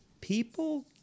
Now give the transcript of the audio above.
People